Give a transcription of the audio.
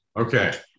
Okay